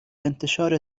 انتشار